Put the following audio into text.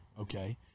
Okay